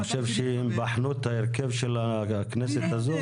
אתה חושב שהם בחנו את ההרכב של הכנסת הזאת?